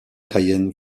cayenne